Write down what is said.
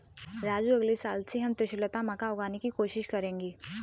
राजू अगले साल से हम त्रिशुलता मक्का उगाने की कोशिश करेंगे